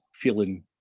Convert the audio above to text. feeling